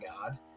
God